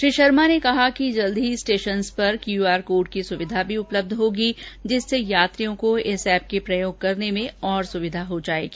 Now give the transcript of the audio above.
श्री शर्मा ने कहा कि जल्द ही स्टेशनों पर क्यूआर कोड की सुविधा भी उपलब्य होगी जिससे यात्रियों को इस ऐप के प्रयोग करने में और सुविधा हो जायेगी